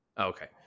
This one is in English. Okay